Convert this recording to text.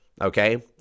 Okay